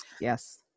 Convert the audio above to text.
Yes